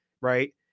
right